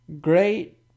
great